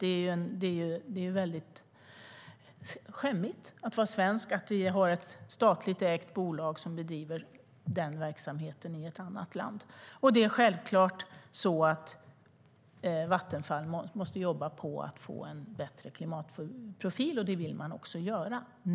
Det är väldigt skämmigt att vara svensk när vi har ett statligt ägt bolag som bedriver den verksamheten i ett annat land. Självklart måste Vattenfall jobba med att få en bättre klimatprofil - det vill man också göra.